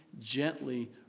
gently